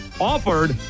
offered